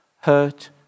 hurt